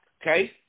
Okay